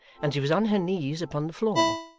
and she was on her knees upon the floor,